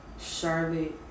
charlotte